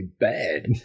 bad